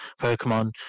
Pokemon